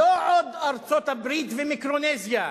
לא עוד ארצות-הברית ומיקרונזיה,